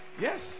yes